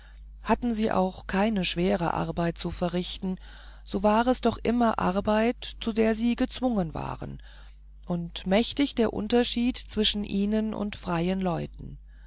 hatten sie auch keine schwere arbeit zu verrichten so war es doch immer arbeit zu der sie gezwungen waren und mächtig der unterschied zwischen ihnen und freien leuten